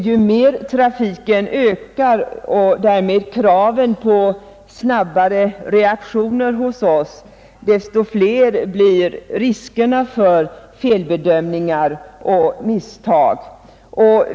Ju mer trafiken ökar och därmed kraven på snabbare reaktioner hos oss desto fler blir riskerna för felbedömningar och misstag.